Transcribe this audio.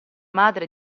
madre